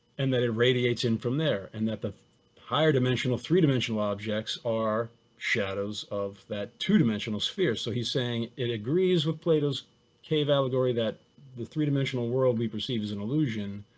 and then it radiates in from there. and that the higher dimensional three dimensional objects are shadows of that two dimensional sphere. so he's saying it agrees with plato's cave allegory that the three dimensional world we perceive is an illusion.